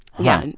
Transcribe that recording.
yeah,